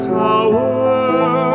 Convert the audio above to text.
tower